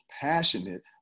passionate